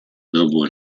billboard